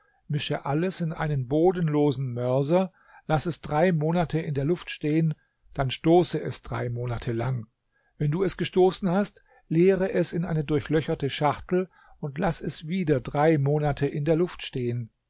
mische alles in einem bodenlosen mörser laß es drei monate in der luft stehen dann stoße es drei monate lang wenn du es gestoßen hast leere es in eine durchlöcherte schachtel und laß es wieder drei monate in der luft stehen